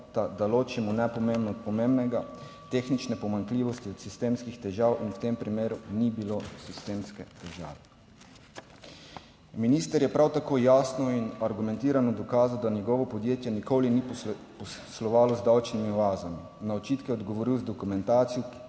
da ločimo pomembnega tehnične pomanjkljivosti od sistemskih težav in v tem primeru ni bilo sistemske težave. Minister je prav tako jasno in argumentirano dokazal, da njegovo podjetje nikoli ni poslovalo z davčnimi oazami. Na očitke je odgovoril z dokumentacijo,